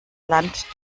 land